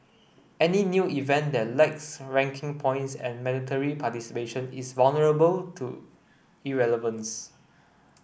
any new event that lacks ranking points and mandatory participation is vulnerable to irrelevance